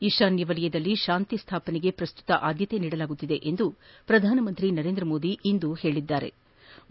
ಈಶಾನ್ಯ ವಲಯದಲ್ಲಿ ಶಾಂತಿ ಸ್ಥಾಪನೆಗೆ ಪ್ರಸ್ತುತ ಆದ್ಯತೆ ನೀಡಲಾಗುತ್ತಿದೆ ಎಂದು ಪ್ರಧಾನಮಂತ್ರಿ ನರೇಂದ್ರ ಮೋದಿ ಇಂದು ಹೇಳದ್ದಾರೆ